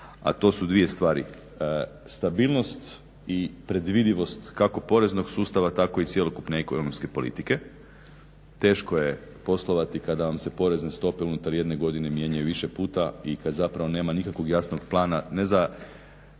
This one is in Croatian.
a to su dvije stvari, stabilnost i predvidivost kako poreznog sustava tako i cjelokupne ekonomske politike. Teško je poslovati kada vam se porezne stope unutar jedne godine mijenjaju više puta i kada nemaju nikakvog jasnog plana ne za